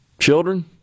Children